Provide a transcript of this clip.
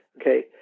okay